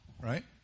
right